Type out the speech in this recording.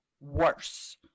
worse